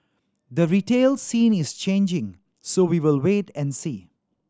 the retail scene is changing so we will wait and see